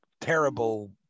terrible